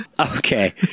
Okay